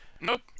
Nope